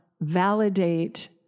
validate